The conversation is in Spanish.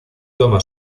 toma